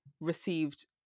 received